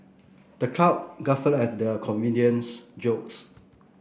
the crowd guffawed at the comedian's jokes